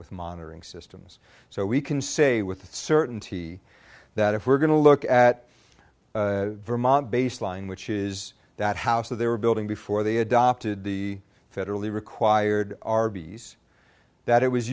with monitoring systems so we can say with certainty that if we're going to look at vermont baseline which is that house that they were building before they adopted the federally required rbs that it was